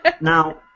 Now